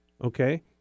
Okay